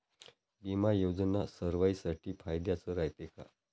बिमा योजना सर्वाईसाठी फायद्याचं रायते का?